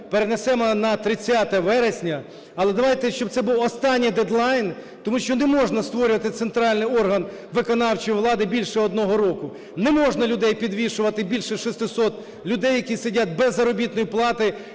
перенесемо на 30 вересня, але давайте, щоб це був останній deadline, тому що не можна створювати центральний орган виконавчої влади більше одного року; не можна людей підвішувати, більше 600 людей, які сидять без заробітної плати,